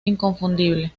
inconfundible